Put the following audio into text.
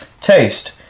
Taste